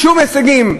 שום הישגים.